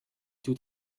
tout